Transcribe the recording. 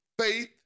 faith